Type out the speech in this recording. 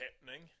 happening